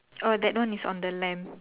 oh that one is on the lamp